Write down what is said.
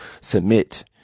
submit